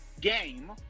game